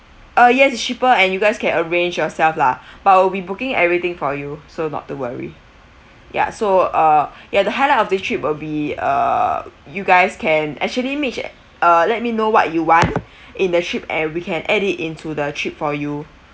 uh yes cheaper and you guys can arrange yourself lah but I will be booking everything for you so not to worry ya so uh ya the highlight of the trip will be uh you guys can actually meet uh let me know what you want in the trip and we can add it into the trip for you